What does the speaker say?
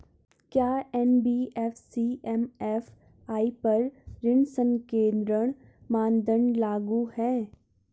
क्या NBFC MFI पर ऋण संकेन्द्रण मानदंड लागू हैं?